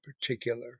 particular